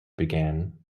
began